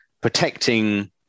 protecting